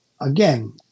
again